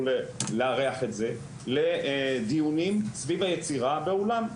לארח את זה לדיונים סביב היצירה באולם,